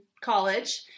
college